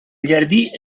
jardí